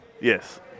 Yes